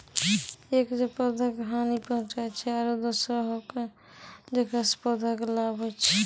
एक जे पौधा का हानि पहुँचाय छै आरो दोसरो हौ जेकरा सॅ पौधा कॅ लाभ होय छै